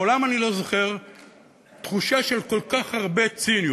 אני לא זוכר תחושה של כל כך הרבה ציניות,